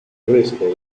resto